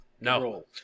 No